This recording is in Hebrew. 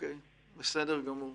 בסדר גמור.